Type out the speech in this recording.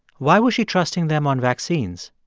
why was she trusting them on vaccines?